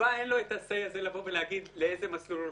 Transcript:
אין את ה-say הזה לבוא ולהגיד לאיזה מסלול הולכים.